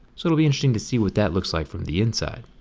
so it'll be interesting to see what that looks like from the inside?